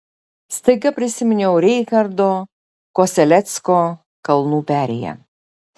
staiga prisiminiau reinharto kosellecko kalnų perėją